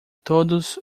todos